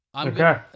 Okay